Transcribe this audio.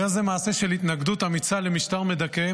היה זה מעשה של התנגדות אמיצה למשטר מדכא,